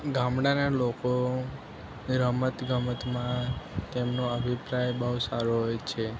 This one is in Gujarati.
ગામડાના લોકો રમત ગમતમાં તેમનો અભિપ્રાય બહુ સારો હોય છે